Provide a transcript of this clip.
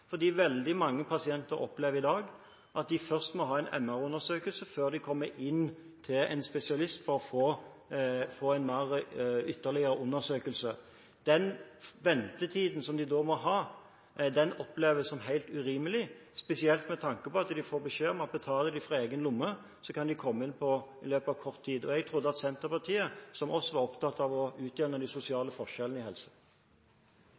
veldig mange pasienter opplever i dag at de først må ha en MR-undersøkelse før de kommer inn til en spesialist for å få ytterligere undersøkelser. Den ventetiden som de da må ha, oppleves som helt urimelig, spesielt med tanke på at de får beskjed om at betaler de fra egen lomme, kan de komme inn i løpet av kort tid. Jeg trodde at Senterpartiet, som oss, var opptatt av å utjevne de sosiale forskjellene når det gjelder helse.